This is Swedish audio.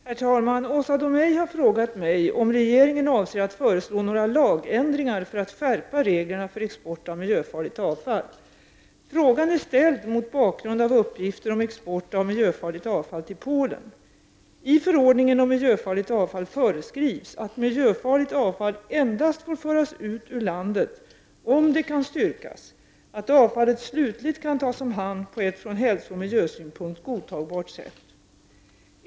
Herr talman! Åsa Domeij har frågat mig om regeringen avser att föreslå några lagändringar för att skärpa reglerna för export av miljöfarligt avfall. Frågan är ställd mot bakgrund av uppgifter om export av miljöfarligt avfall till Polen. I förordningen om miljöfarligt avfall föreskrivs att miljöfarligt avfall får föras ut ur landet endast om det kan styrkas att avfallet slutligt kan tas om hand på ett från hälso och miljösynpunkt godtagbart sätt.